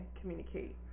communicate